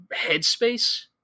headspace